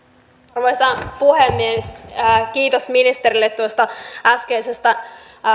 arvoisa puhemies kiitos ministerille tuosta äskeisestä